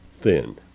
thin